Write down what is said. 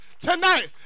tonight